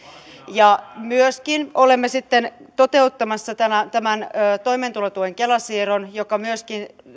ja myöskin olemme sitten toteuttamassa tämän tämän toimeentulotuen kela siirron joka myöskin